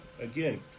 again